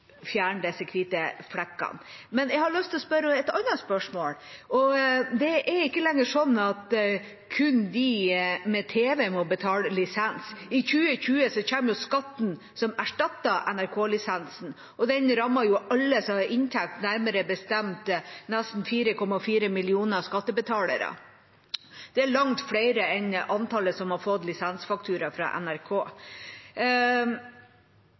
fjerne disse hvite flekkene som vises i offentlige dokumenter. Men jeg har lyst til å stille et annet spørsmål. Det er ikke lenger slik at kun de med tv må betale lisens. I 2020 kommer skatten som erstatter NRK-lisensen, og den rammer alle som har inntekt, nærmere bestemt nesten 4,4 millioner skattebetalere – langt flere enn antallet som har fått lisensfaktura fra NRK.